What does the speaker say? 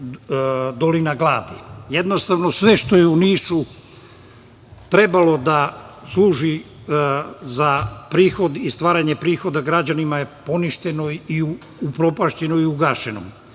dolina gladi. Jednostavno sve što je u Nišu trebalo da služi za prihod i stvaranje prihoda građanima je poništeno i upropašćeno i ugašeno